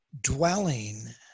dwelling